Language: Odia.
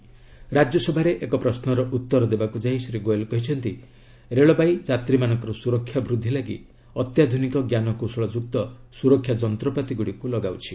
ରାକ୍ୟସଭାରେ ଏକ ପ୍ରଶ୍ରର ଉତ୍ତର ଦେବାକୁ ଯାଇ ଶ୍ରୀ ଗୋଏଲ କହିଛନ୍ତି ରେଳବାଇ ଯାତ୍ରୀମାନଙ୍କର ସୁରକ୍ଷା ବୃଦ୍ଧି ଲାଗି ଅତ୍ୟାଧୁନିକ ଜ୍ଞାନକୌଶଳଯୁକ୍ତ ସୁରକ୍ଷା ଯନ୍ତ୍ରପାତିଗୁଡ଼ିକୁ ଲଗାଉଛି